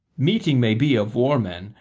meeting may be of war-men,